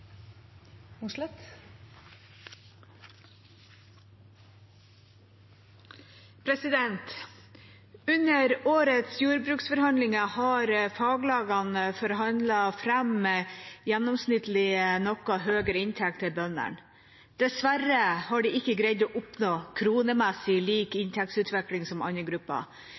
Under årets jordbruksforhandlinger har faglagene forhandlet fram gjennomsnittlig noe høyere inntekter til bøndene. Dessverre har de ikke greid å oppnå kronemessig lik inntektsutvikling som andre grupper.